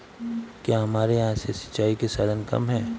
क्या हमारे यहाँ से सिंचाई के साधन कम है?